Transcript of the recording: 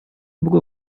begå